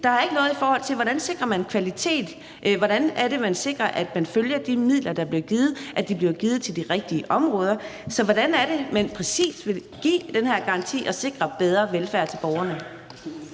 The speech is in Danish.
der er ikke noget, i forhold til hvordan man sikrer kvalitet. Hvordan sikrer man, at man følger, at de midler, der bliver givet, bliver givet til de rigtige områder? Så hvordan er det, man præcis vil give den her garanti og sikre bedre velfærd til borgerne?